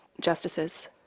Justices